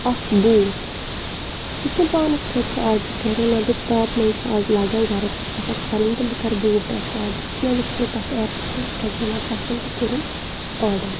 اَکھ بوٗٹھ یُس مےٚ پانَس خٲطرٕ آڈَر کَرے مےٚ دوٚپ تاپ منٛز چھِ آز لَگان گَرٕد چھِ کھَسان کھۄرَن تہٕ بہٕ کَرٕ بوٗٹھ اَکھ آڈَر یُس مےٚ وٕچھے تَتھ ایپَس پٮ۪ٹھ سُہ کھژے مےٚ پَسنٛد تہٕ کوٚرُم آڈَر